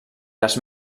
les